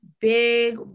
big